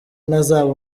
ntazaba